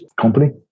company